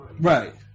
Right